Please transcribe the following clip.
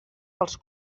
pels